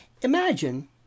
Imagine